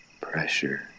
pressure